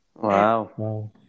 Wow